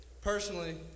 Personally